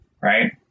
right